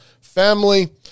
family